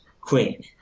queen